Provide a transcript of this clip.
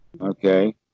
Okay